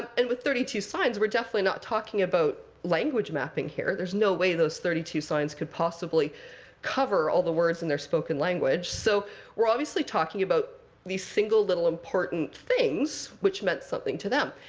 and with thirty two science we're definitely not talking about language mapping here. there's no way those thirty two signs could possibly cover all the words in their spoken language. so we're obviously talking about these single little important things which meant something to them.